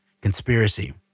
conspiracy